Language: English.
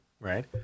Right